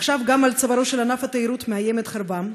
עכשיו גם על צווארו של ענף התיירות מאיימת חרבם,